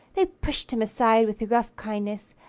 they pushed him aside with rough kindness,